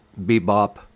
bebop